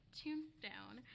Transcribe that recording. tombstone